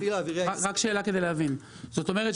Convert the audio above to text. זאת אומרת,